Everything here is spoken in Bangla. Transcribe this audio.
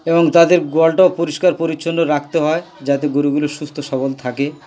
এবং তাদের গোয়ালটাও পরিষ্কার পরিচ্ছন্ন রাখতে হয় যাতে গরুগুলো সুস্থ সবল থাকে